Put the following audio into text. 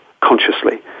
consciously